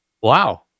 wow